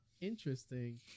interesting